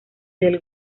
del